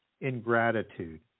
ingratitude